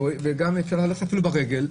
כוח אדם, אפשר ללכת אפילו ברגל.